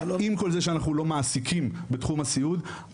עם כל זה שאנחנו לא מעסיקים בתחום הסיעוד,